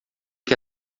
que